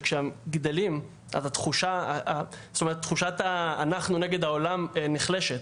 שכשהם גדלים אז תחושת האנחנו נגד העולם נחלשת,